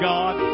God